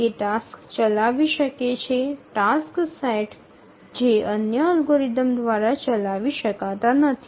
તે ટાસક્સ ચલાવી શકે છે ટાસક્સ સેટ જે અન્ય અલ્ગોરિધમ્સ દ્વારા ચલાવી શકાતા નથી